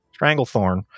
Stranglethorn